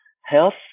health